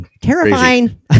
Terrifying